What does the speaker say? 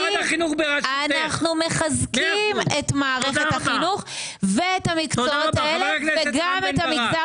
אנחנו מחזקים את מערכת החינוך ואת המקצועות האלה וגם את המגזר